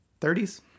30s